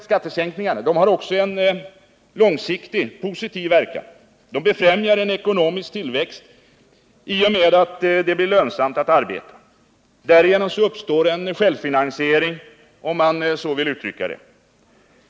Skattesänkningar har också en långsiktig, positiv verkan. De befrämjar en ekonomisk tillväxt i och med att det blir lönsamt att arbeta. Därigenom uppstår en självfinansiering, om man så vill uttrycka det.